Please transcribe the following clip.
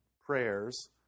prayers